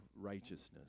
righteousness